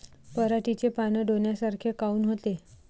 पराटीचे पानं डोन्यासारखे काऊन होते?